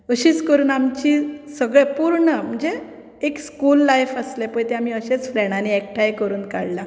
अशींच करून आमची सगळी पूर्ण म्हणजे एक स्कूल लायफ आसलें पळय तें आमी अशेंच फ्रेंडानी आमी एकठांय करून काडला